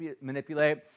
manipulate